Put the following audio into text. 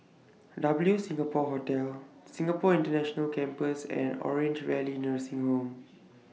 W Singapore Hotel Singapore International Campus and Orange Valley Nursing Home